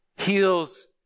Heals